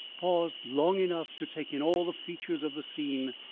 paused long enough to take in all the features of the scene,